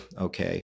okay